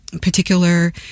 particular